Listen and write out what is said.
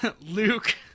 luke